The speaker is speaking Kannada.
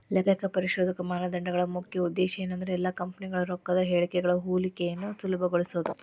ಲೆಕ್ಕಪರಿಶೋಧಕ ಮಾನದಂಡಗಳ ಮುಖ್ಯ ಉದ್ದೇಶ ಏನಂದ್ರ ಎಲ್ಲಾ ಕಂಪನಿಗಳ ರೊಕ್ಕದ್ ಹೇಳಿಕೆಗಳ ಹೋಲಿಕೆಯನ್ನ ಸುಲಭಗೊಳಿಸೊದು